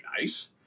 nice